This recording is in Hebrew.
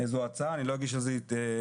זו הצעה, אבל לא אגיש על זה הסתייגות.